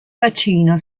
bacino